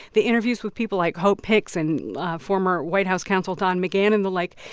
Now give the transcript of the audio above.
the interviews with people like hope hicks and former white house counsel don mcgahn and the like,